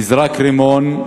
נזרק רימון,